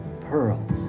pearls